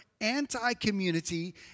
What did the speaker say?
anti-community